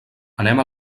anem